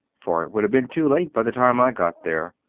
for it would have been too late by the time i got there.